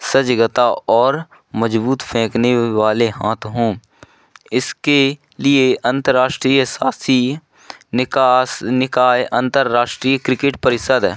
सजगता और मजबूत फेंकने वाले हाथ हों इसके लिए अंतर्राष्ट्रीय सासीय निकास निकाय अन्तर्राष्टीय क्रिकेट परिषद